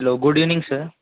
hello good evening sir